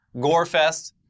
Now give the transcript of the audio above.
gore-fest